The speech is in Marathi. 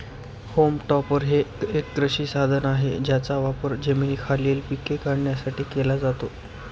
होम टॉपर हे एक कृषी साधन आहे ज्याचा वापर जमिनीखालील पिके काढण्यासाठी केला जातो